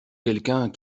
quelqu’un